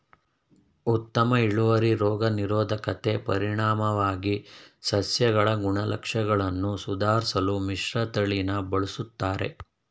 ಉತ್ತಮ ಇಳುವರಿ ರೋಗ ನಿರೋಧಕತೆ ಪರಿಣಾಮವಾಗಿ ಸಸ್ಯಗಳ ಗುಣಲಕ್ಷಣಗಳನ್ನು ಸುಧಾರ್ಸಲು ಮಿಶ್ರತಳಿನ ಬಳುಸ್ತರೆ